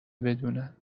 بدونن